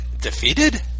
defeated